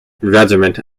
regiment